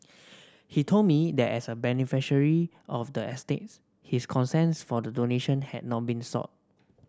he told me that as a beneficiary of the estate his consent for the donation had not been sought